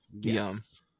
yes